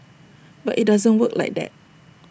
but IT doesn't work like that